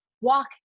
walk